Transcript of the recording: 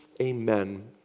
Amen